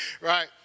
right